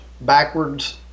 backwards